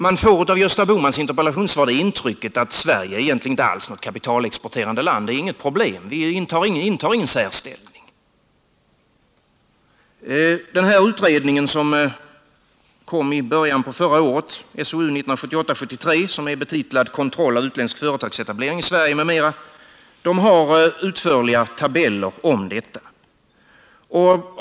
Man får av Gösta Bohmans interpellationssvar det intrycket att Sverige egentligen inte är något kapitalexporterande land — det är inget problem, vi intar ingen särställning. Den utredning som kom i början av förra året, SOU 1978:73, och som är betitlad Kontroll av utländsk företagsetablering i Sverige m.m., har utförliga tabeller om detta.